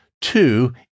two